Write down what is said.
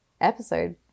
episode